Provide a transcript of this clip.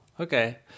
okay